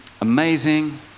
amazing